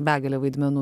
begalė vaidmenų